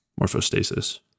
morphostasis